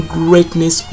greatness